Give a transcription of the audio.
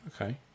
okay